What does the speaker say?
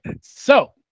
So-